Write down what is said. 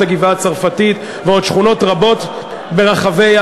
הגבעה-הצרפתית ועוד שכונות רבות ברחבי,